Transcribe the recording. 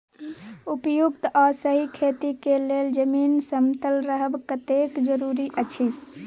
उपयुक्त आ सही खेती के लेल जमीन समतल रहब कतेक जरूरी अछि?